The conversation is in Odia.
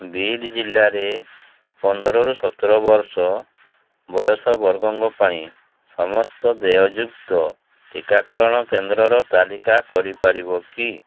ବୀଡ଼୍ ଜିଲ୍ଲାରେ ପନ୍ଦରରୁ ସତର ବର୍ଷ ବୟସ ବର୍ଗଙ୍କ ପାଇଁ ସମସ୍ତ ଦେୟଯୁକ୍ତ ଟିକାକରଣ କେନ୍ଦ୍ରର ତାଲିକା କରିପାରିବ କି